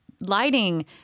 lighting